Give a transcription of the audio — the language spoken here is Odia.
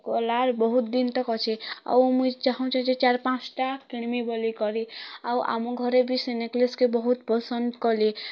କଲାର ବହୁତ ଦିନ୍ ତକ୍ ଅଛି ଆଉ ମୁଇଁ ଚାହୁଁଛି ଯେ ଚାରି ପାଞ୍ଚଟା କିଣିମି ବୋଲିକରି ଆଉ ଆମ ଘରେ ବି ସେ ନେକଲେସ୍କେ ବହୁତ ପସନ୍ଦ କଲେ